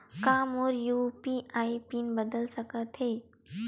का मोर UPI pin बदल सकथे?